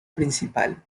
principal